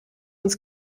uns